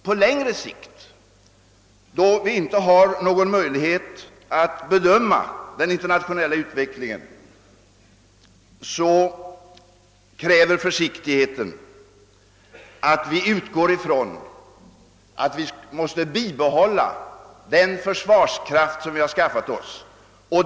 På längre sikt, då det inte finns några möjligheter att bedöma den internationella utvecklingen, kräver försiktigheten att vi utgår från att vi måste bibehålla den försvarskraft som vi skaffat oss.